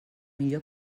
millor